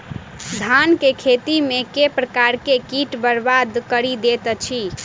धान केँ खेती मे केँ प्रकार केँ कीट बरबाद कड़ी दैत अछि?